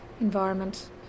environment